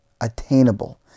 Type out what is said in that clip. attainable